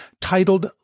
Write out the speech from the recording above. titled